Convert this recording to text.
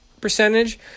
percentage